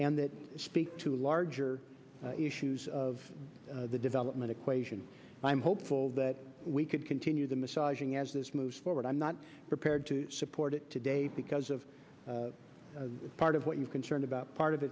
and that speaks to larger issues of the development equation and i'm hopeful that we could continue the massaging as this moves forward i'm not prepared to support it today because of the part of what you concerned about part of